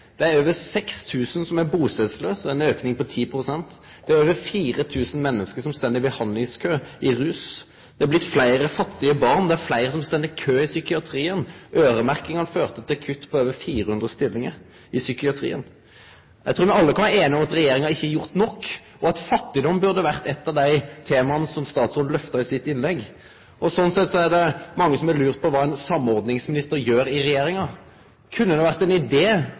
Det er over 6 000 bustadlause – ein auke på 10 pst. Det er over 4 000 menneske som står i behandlingskø for rus. Det er blitt fleire fattige barn. Det er fleire som står i kø i psykiatrien. Øyremerkinga førte til kutt på over 400 stillingar i psykiatrien. Eg trur vi alle kan vere einige om at regjeringa ikkje har gjort nok, og at fattigdom burde ha vore eitt av dei tema som statsråden lyfta i sitt innlegg. Sånn sett er det mange som har lurt på kva ein samordningsminister gjer i regjeringa. Kunne det ha vore ein